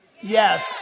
yes